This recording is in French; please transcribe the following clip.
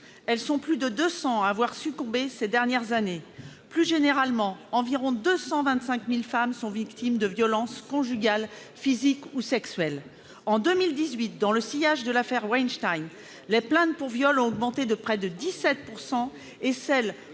Elles sont plus de deux cents à avoir succombé ces deux dernières années. Plus généralement, environ 225 000 femmes sont victimes de violences conjugales, physiques ou sexuelles. En 2018, dans le sillage de l'affaire Weinstein, les plaintes pour viol ont augmenté de près de 17 % et celles